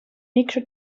micro